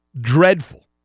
dreadful